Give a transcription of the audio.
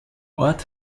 ort